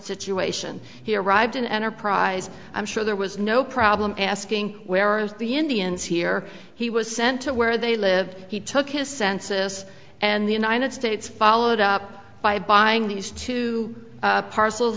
situation here arrived in enterprise i'm sure there was no problem asking where are the indians here he was sent to where they live he took his census and the united states followed up by buying these two parcels